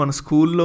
school